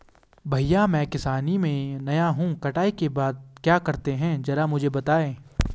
भैया मैं किसानी में नया हूं कटाई के बाद क्या करते हैं जरा मुझे बताएं?